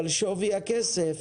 שווי הכסף